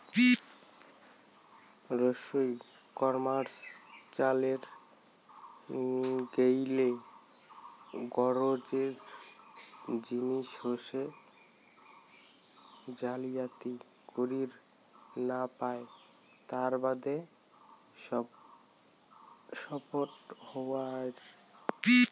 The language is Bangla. ই কমার্স চালের গেইলে গরোজের জিনিস হসে জালিয়াতি করির না পায় তার বাদে সফটওয়্যার